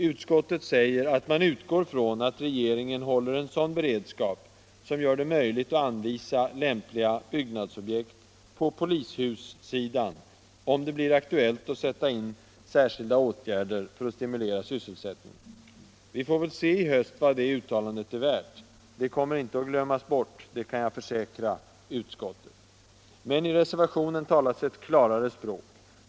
Utskottet säger att man ”utgår från att regeringen håller en beredskap som gör det möjligt att anvisa lämpliga byggnadsobjekt på polishussidan, om det blir aktuellt att sätta in särskilda åtgärder för att stimulera sysselsättningen”. Vi får väl se i höst vad det uttalandet är värt. Det kommer inte att glömmas bort, det kan jag försäkra utskottet. Men i reservationen talas det ett klarare språk.